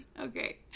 Okay